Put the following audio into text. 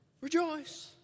Rejoice